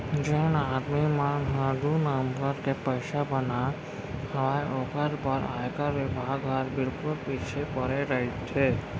जेन आदमी मन ह दू नंबर के पइसा बनात हावय ओकर बर आयकर बिभाग हर बिल्कुल पीछू परे रइथे